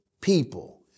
people